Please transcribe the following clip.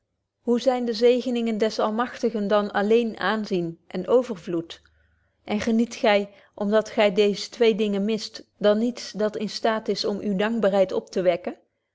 hoe zyn de zegeningen des almachtigen dan alleen aanbetje wolff proeve over de opvoeding zien en overvloed en geniet gy om dat gy deeze twee dingen mist dan niets dat in staat is om uwe dankbaarheid op te wekken